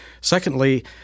Secondly